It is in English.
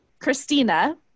Christina